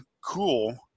cool